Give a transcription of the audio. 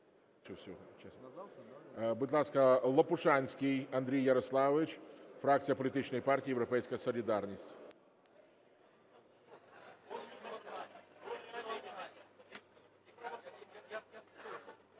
Будь ласка, Лопушанський Андрій Ярославович, фракція політичної партії "Європейська солідарність".